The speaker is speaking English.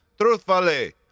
truthfully